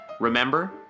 Remember